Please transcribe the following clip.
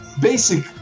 basic